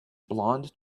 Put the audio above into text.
blond